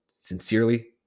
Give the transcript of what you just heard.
Sincerely